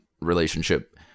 relationship